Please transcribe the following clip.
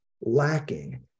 lacking